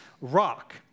rock